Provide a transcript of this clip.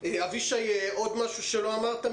עוד משהו שלא אמרת?